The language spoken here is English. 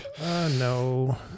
no